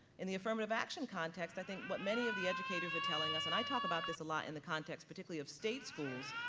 in the affirmative action context, i think what many of the educators were telling us and i talked about this a lot in the context, particularly of state schools,